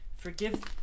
Forgive